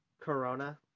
corona